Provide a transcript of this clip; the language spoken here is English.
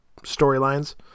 storylines